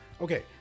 Okay